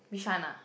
Bishan ah